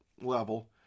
level